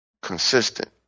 consistent